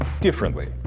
differently